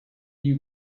you